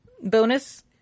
bonus